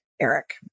Eric